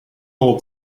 old